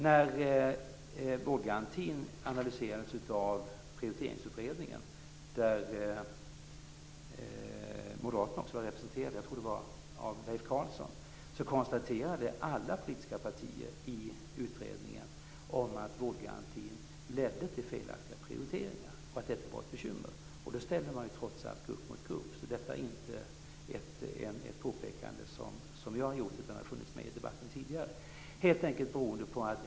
När vårdgarantin analyserades av Prioriteringsutredningen, där Moderaterna också var representerade - jag tror att det var av Leif Carlson - konstaterade alla politiska partier i utredningen att vårdgarantin ledde till felaktiga prioriteringar och att detta var ett bekymmer. Där ställde man trots allt grupp mot grupp. Det är inte ett påpekande som jag har gjort, utan det har funnits med i debatten tidigare.